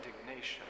indignation